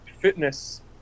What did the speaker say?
fitness